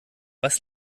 was